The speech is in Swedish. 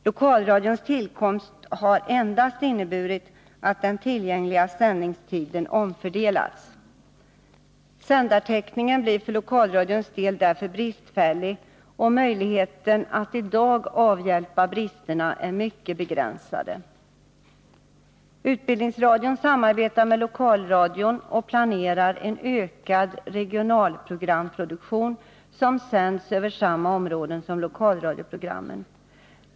Lokalradions tillkomst har endast inneburit att den tillgängliga sändningstiden omfördelats. Sändartäckningen blir för lokalradions del därför bristfällig, och möjligheterna att i dag avhjälpa bristerna är mycket begränsade. Utbildningsradion samarbetar med lokalradion och planerar en ökad regionalprogramproduktion, som sänds över samma områden som lokalradioprogrammen.